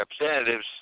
representatives